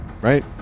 right